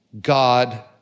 God